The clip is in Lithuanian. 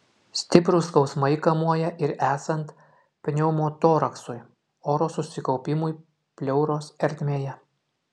stiprūs skausmai kamuoja ir esant pneumotoraksui oro susikaupimui pleuros ertmėje